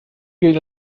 gilt